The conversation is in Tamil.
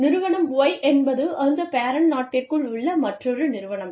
நிறுவனம் Y என்பது அந்த பெரென்ட் நாட்டிற்குள் உள்ள மற்றொரு நிறுவனம்